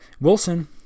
Wilson